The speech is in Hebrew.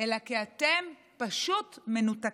אלא כי אתם פשוט מנותקים.